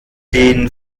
den